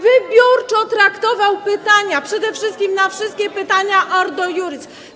Wybiórczo traktował pytania, przede wszystkim na wszystkie pytania Ordo Iuris.